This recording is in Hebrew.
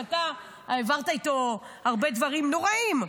גם אתה עברת איתו הרבה דברים נוראיים,